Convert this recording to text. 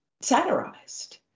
satirized